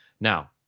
Now